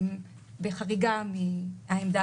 בחריגה מן העמדה